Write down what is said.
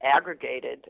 aggregated